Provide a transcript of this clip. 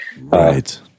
Right